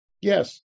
yes